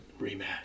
Rematch